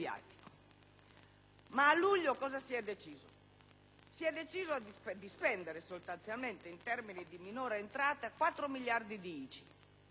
Ma a luglio cosa si è deciso? Si è deciso di spendere, sostanzialmente in termini di minore entrata, 4 miliardi di ICI.